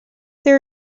there